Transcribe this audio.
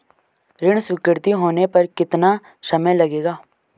ऋण स्वीकृति होने में कितना समय लगेगा?